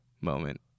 moment